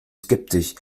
skeptisch